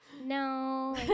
no